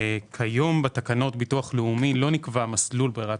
כיום בתקנות ביטוח לאומי לא נקבע מסלול ברירת